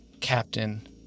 Captain